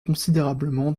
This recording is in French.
considérablement